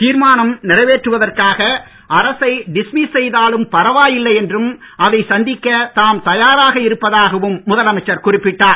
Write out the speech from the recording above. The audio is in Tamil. தீர்மானம் நிறைவேற்றுவதற்காக அரசை டிஸ்மிஸ் செய்தாலும் பரவாயில்லை என்றும் அதை சந்திக்க தாம் தயாராக இருப்பதாகவும் முதலமைச்சர் குறிப்பிட்டார்